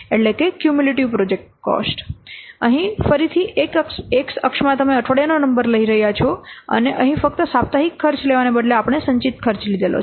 તેથી અહીં ફરીથી X અક્ષમાં તમે અઠવાડિયાનો નંબર લઈ રહ્યા છો અને અહીં ફક્ત સાપ્તાહિક ખર્ચ લેવાને બદલે આપણે સંચિત ખર્ચ લીધો છે